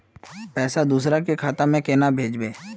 पैसा दूसरे के खाता में केना भेजबे?